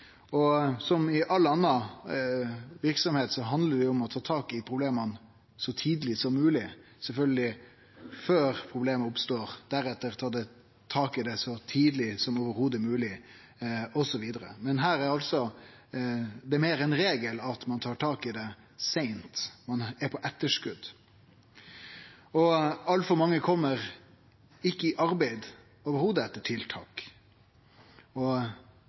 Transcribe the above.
gir. Som i all anna verksemd handlar det om å ta tak i problema så tidleg som mogeleg – sjølvsagt helst før problema oppstår, men deretter å ta tak i det så tidleg som i det heile mogeleg. Men det er altså meir ein regel at ein tar tak i det seint, at ein er på etterskot. Altfor mange kjem ikkje i arbeid i det heile etter tiltak, og